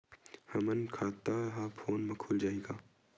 हमर खाता ह फोन मा खुल जाही?